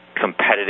competitive